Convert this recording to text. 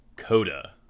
Coda